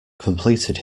completed